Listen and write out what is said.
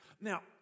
Now